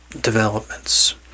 developments